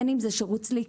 בין אם זה שירות סליקה,